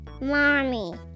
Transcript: mommy